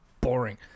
boring